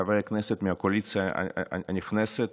חברי הכנסת מהקואליציה הנכנסת,